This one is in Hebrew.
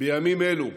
בימים אלה,